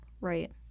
right